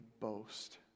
boast